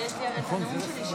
ויש לי הרי את הנאום שלי,